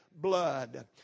blood